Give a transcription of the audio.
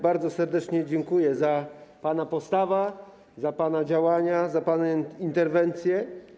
Bardzo serdecznie dziękuję za pana postawę, za pana działania, za pana interwencje.